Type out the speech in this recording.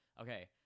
okay